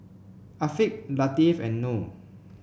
Afiq Latif and Noh